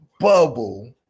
Bubble